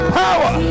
power